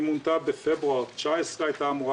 היא מונתה בפברואר 2019. היא הייתה אמורה